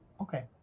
okay